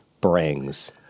brings